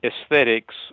aesthetics